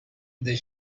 the